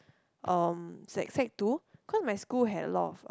um sec sec two cause my school had a lot of uh